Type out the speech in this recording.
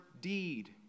deed